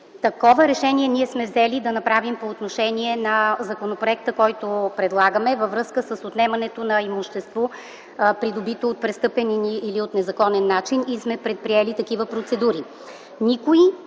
Такова решение ние сме взели да направим по отношение на законопроекта, който предлагаме във връзка с отнемането на имущество, придобито от престъпен или от незаконен начин, и сме предприели такива процедури.